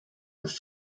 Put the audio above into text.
with